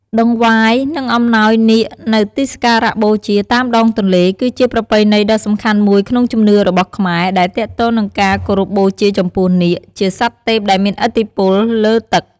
តង្វាយ និងអំណោយនាគនៅទីសក្ការៈបូជាតាមដងទន្លេ គឺជាប្រពៃណីដ៏សំខាន់មួយក្នុងជំនឿរបស់ខ្មែរ ដែលទាក់ទងនឹងការគោរពបូជាចំពោះនាគ ជាសត្វទេពដែលមានឥទ្ធិពលលើទឹក។